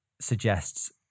suggests